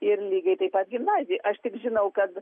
ir lygiai taip pat gimnaziją aš tik žinau kad